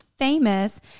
Famous